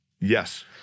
Yes